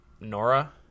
Nora